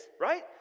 right